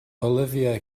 olivia